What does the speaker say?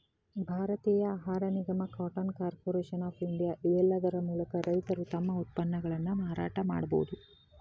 ಭಾರತೇಯ ಆಹಾರ ನಿಗಮ, ಕಾಟನ್ ಕಾರ್ಪೊರೇಷನ್ ಆಫ್ ಇಂಡಿಯಾ, ಇವೇಲ್ಲಾದರ ಮೂಲಕ ರೈತರು ತಮ್ಮ ಉತ್ಪನ್ನಗಳನ್ನ ಮಾರಾಟ ಮಾಡಬೋದು